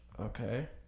Okay